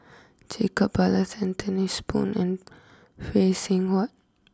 Jacob Ballas Anthony's Poon and Phay Seng Whatt